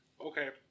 Okay